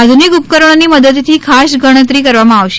આધુનિક ઉપકરણોની મદદથી ખાસ ગણતરી કરવામાં આવશે